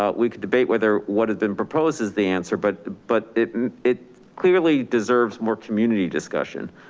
ah we could debate whether what has been proposed is the answer but but it it clearly deserves more community discussion.